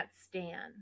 stan